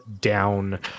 down